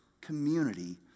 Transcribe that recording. community